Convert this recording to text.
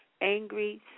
angry